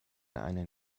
einen